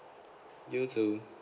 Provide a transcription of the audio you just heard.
you too